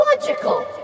logical